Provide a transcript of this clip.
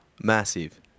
Massive